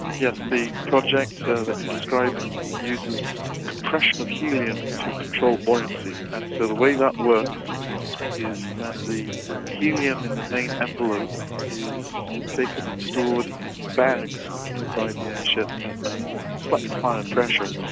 yes, the project so that you're describing uses compression of helium to control buoyancy. and so the way that works is that the helium in the main envelope is taken and stored in bags inside the airship at a slightly higher pressure.